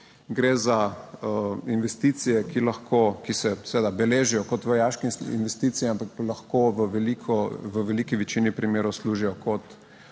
gre za investicije, ki se beležijo kot vojaške investicije, ampak lahko v veliki večini primerov služijo